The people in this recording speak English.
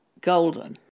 golden